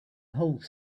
whole